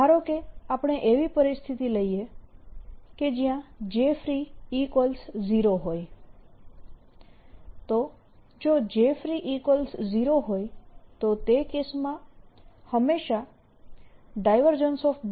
ધારો કે આપણે એવી પરિસ્થિતિ લઈએ કે જ્યાં Jfree0 હોય તો જો Jfree0 હોય તો તે કેસમાં હંમેશા